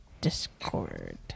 Discord